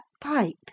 pipe